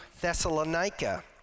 Thessalonica